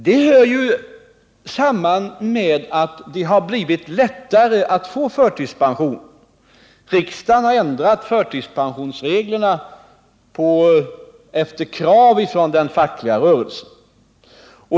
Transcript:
Det hör samman med att det har blivit lättare att få förtidspension. Riksdagen har ändrat reglerna för beviljande av förtidspension efter krav från den fackliga rörelsen.